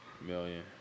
million